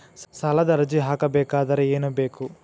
ಸಾಲದ ಅರ್ಜಿ ಹಾಕಬೇಕಾದರೆ ಏನು ಬೇಕು?